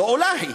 לא אולי,